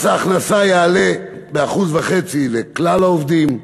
מס ההכנסה יעלה ב-1.5% לכלל העובדים,